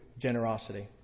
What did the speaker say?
generosity